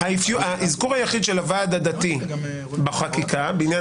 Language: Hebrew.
האזכור היחיד של הוועד הדתי בחקיקה בעניין